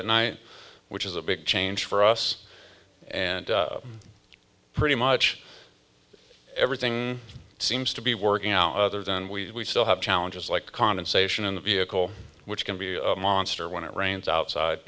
at night which is a big change for us and pretty much everything seems to be working out other than we still have challenges like condensation in the vehicle which can be a monster when it rains outside